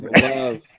love